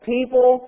People